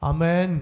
Amen